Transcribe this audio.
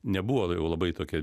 nebuvo jau labai tokia